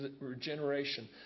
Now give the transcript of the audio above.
regeneration